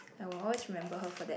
I was always remember her for that